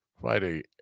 Friday